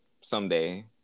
Someday